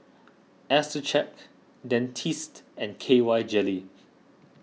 Accucheck Dentiste and K Y Jelly